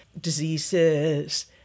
diseases